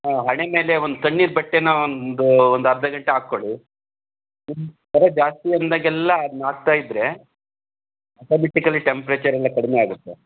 ಹಣೆ ಮೇಲೆ ಒಂದು ತಣ್ಣೀರು ಬಟ್ಟೆನ ಒಂದು ಒಂದು ಅರ್ಧ ಗಂಟೆ ಹಾಕ್ಕೊಳ್ಳಿ ಜ್ವರ ಜಾಸ್ತಿ ಅಂದಾಗೆಲ್ಲ ಅದ್ನ ಹಾಕ್ತಾ ಇದ್ದರೆ ಅಟೊಮೆಟಿಕಲಿ ಟೆಂಪ್ರೇಚರೆಲ್ಲ ಕಡಿಮೆ ಆಗುತ್ತೆ